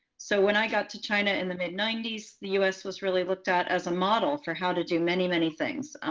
so when i got to china in the mid ninety s, the us was really looked at as a model for how to do many, many things.